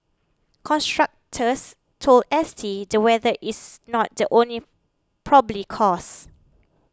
contractors told S T the weather is not the only probably cause